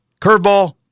Curveball